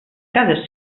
cada